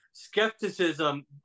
Skepticism